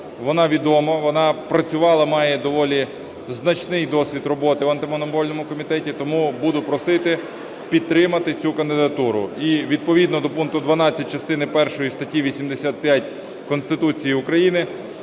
вона відома, вона працювала і має доволі значний досвід роботи в Антимонопольному комітеті. Тому буду просити підтримати цю кандидатуру. І відповідно до пункту 12 частини першої статті 85 Конституції України